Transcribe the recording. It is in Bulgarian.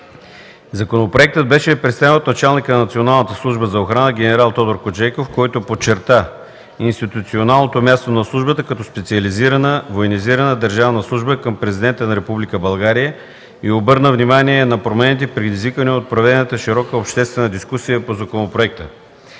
Законопроектът беше представен от началника на Националната служба за охрана ген. Тодор Коджейков, който подчерта институционалното място на службата като специализирана, военизирана държавна служба към президента на Република България и обърна внимание на промените, предизвикани от проведената широка обществена дискусия по законопроекта.